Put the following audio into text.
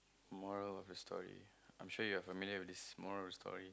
the moral of the story I'm sure you have minute with this moral of story